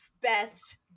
best